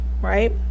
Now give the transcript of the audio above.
Right